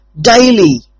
daily